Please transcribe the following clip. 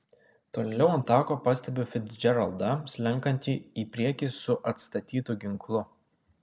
tolėliau ant tako pastebiu ficdžeraldą slenkantį į priekį su atstatytu ginklu